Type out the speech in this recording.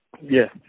Yes